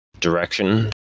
direction